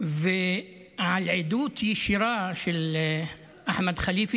ועדות ישירה של אחמד חליפה,